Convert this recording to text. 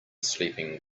sleeping